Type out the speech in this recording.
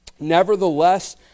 Nevertheless